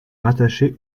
rattachée